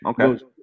Okay